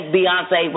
Beyonce